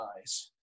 eyes